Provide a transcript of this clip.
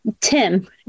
Tim